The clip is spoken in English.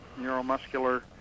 neuromuscular